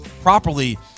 properly